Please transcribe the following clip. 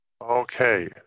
Okay